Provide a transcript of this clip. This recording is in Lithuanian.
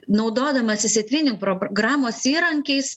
naudodamasis etvinink programos įrankiais